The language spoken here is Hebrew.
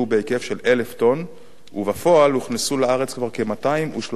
ובפועל הוכנסו כבר לארץ כ-230 טון עגבניות.